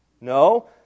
No